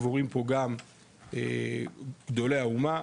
קבורים בו גם גדולי האומה,